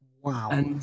Wow